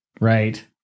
right